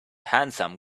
handsome